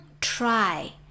try